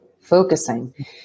focusing